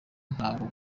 ntabwo